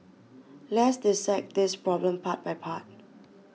let's dissect this problem part by part